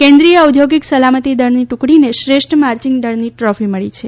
કેન્દ્રીય ઔદ્યોગિક સલામતી દળની ટુકડીને શ્રેષ્ઠ માર્ચીંગ દળની ટ્રોફી મળી છે